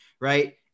right